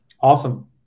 Awesome